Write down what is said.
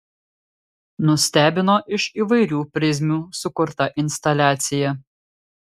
nustebino iš įvairių prizmių sukurta instaliacija